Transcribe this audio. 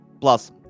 plus